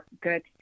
good